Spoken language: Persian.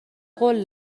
قول